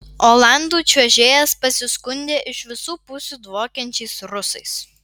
olandų čiuožėjas pasiskundė iš visų pusių dvokiančiais rusais